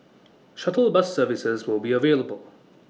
shuttle bus services will be available